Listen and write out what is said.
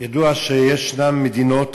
ידוע שישנן מדינות